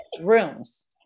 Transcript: rooms